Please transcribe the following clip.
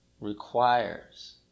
requires